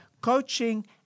coaching